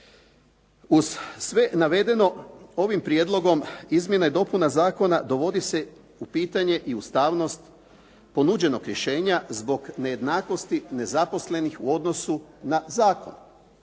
Uz sve navedeno ovim prijedlogom izmjena i dopuna zakona dovodi se u pitanje i ustavnost ponuđenog rješenja zbog nejednakosti nezaposlenih u odnosu na zakon.